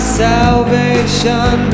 salvation